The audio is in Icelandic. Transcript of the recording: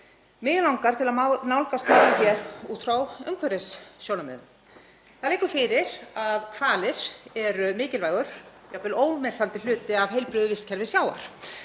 Mig langar til að nálgast málið út frá umhverfissjónarmiðum. Það liggur fyrir að hvalir eru mikilvægur og jafnvel ómissandi hluti af heilbrigðu vistkerfi sjávar